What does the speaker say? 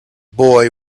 boy